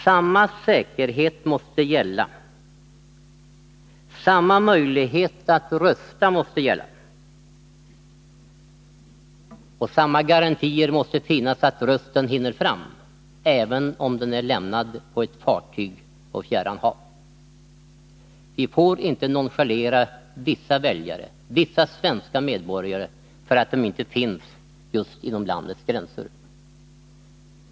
Samma säkerhet måste gälla, samma möjlighet att rösta måste gälla och samma garantier måste finnas att rösten hinner fram, även om den är lämnad på ett fartyg på fjärran hav. Vi får inte nonchalera vissa väljare, vissa svenska medborgare, för att de inte finns inom landets gränser.